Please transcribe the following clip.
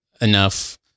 enough